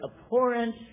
abhorrent